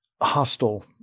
hostile